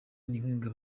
n’inkumi